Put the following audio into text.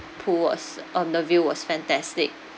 pool was and the view was fantastic